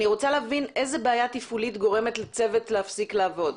אני רוצה להבין איזה בעיה תפעולית גורמת לצוות להפסיק לעבוד.